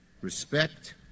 respect